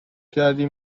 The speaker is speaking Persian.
کردیم